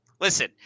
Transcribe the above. Listen